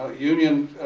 ah union,